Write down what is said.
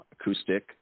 acoustic